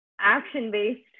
action-based